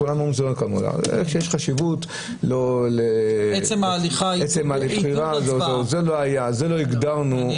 כנראה שיש חשיבות לעצם ה --- את זה לא הגדרנו